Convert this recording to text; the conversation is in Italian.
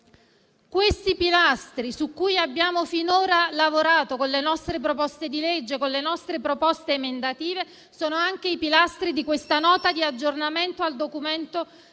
Questi pilastri su cui abbiamo finora lavorato con le nostre proposte di legge ed emendative sono anche i pilastri di questa Nota di aggiornamento del Documento